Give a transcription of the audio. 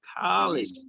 college